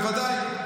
בוודאי,